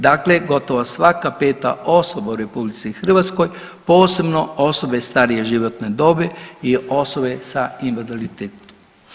Dakle, gotovo svaka peta osoba u RH posebno osobe strije životne dobi i osobe sa invaliditetom.